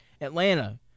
Atlanta